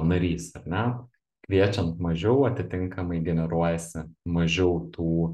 narys ar ne kviečiant mažiau atitinkamai generuojasi mažiau tų